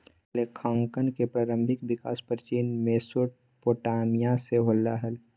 लेखांकन के प्रारंभिक विकास प्राचीन मेसोपोटामिया से होलय हल